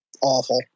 awful